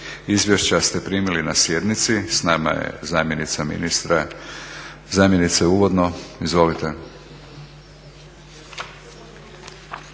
Izvješća ste primili na sjednici. S nama je zamjenica ministra. Zamjenice uvodno. Izvolite.